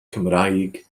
cymraeg